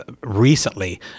recently